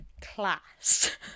class